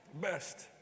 best